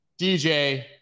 DJ